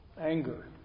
Anger